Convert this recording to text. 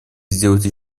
сделать